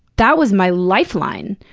that was my lifeline,